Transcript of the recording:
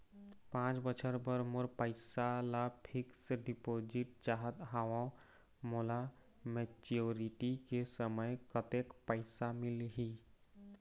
पांच बछर बर मोर पैसा ला फिक्स डिपोजिट चाहत हंव, मोला मैच्योरिटी के समय कतेक पैसा मिल ही?